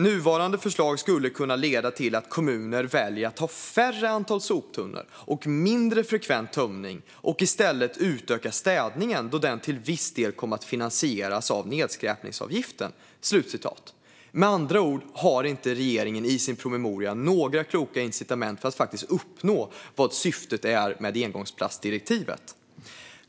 Nuvarande förslag skulle kunna leda till att kommuner väljer att ha färre antal soptunnor och mindre frekvent tömning och istället utökar städningen då den till viss del kommer att finansieras genom nedskräpningsavgiften." Med andra ord har inte regeringen i sin promemoria några kloka incitament för att faktiskt uppnå syftet med engångsplastdirektivet.